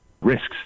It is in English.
risks